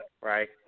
right